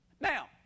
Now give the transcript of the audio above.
Now